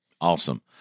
Awesome